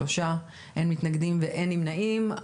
אין מתנגדים, אין נמנעים.